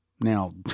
Now